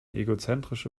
egozentrische